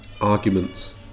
arguments